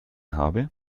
habe